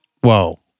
Whoa